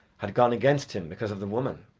had gone against him because of the woman,